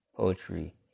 poetry